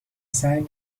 سعی